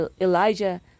Elijah